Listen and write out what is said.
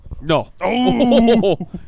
No